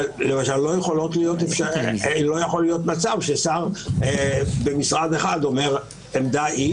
אבל למשל לא יכול להיות ששר במשרד אחד אומר עמדה X